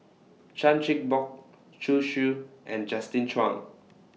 Chan Chin Bock Zhu Xu and Justin Zhuang